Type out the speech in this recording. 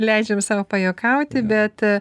leidžiam sau pajuokauti bet